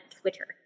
Twitter